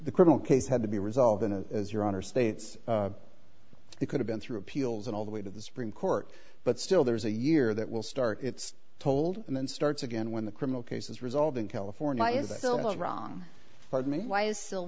the criminal case had to be resolved in a as your honor states it could have been through appeals and all the way to the supreme court but still there's a year that will start it's told and then starts again when the criminal case is resolved in california is that bill was wrong pardon me why is still